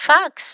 Fox